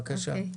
בבקשה.